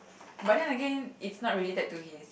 but then again is not related to him